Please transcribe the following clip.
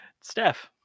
Steph